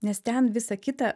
nes ten visa kita